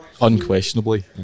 unquestionably